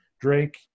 Drake